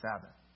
Sabbath